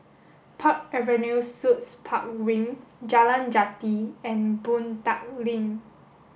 Park Avenue Suites Park Wing Jalan Jati and Boon Tat Link